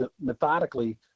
methodically